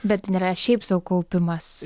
bet nėra šiaip sau kaupimas